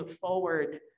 forward